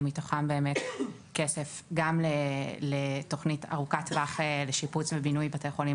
מתוכם באמת כסף גם לתוכנית ארוכת טווח לשיפוץ ובינוי בתי חולים